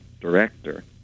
director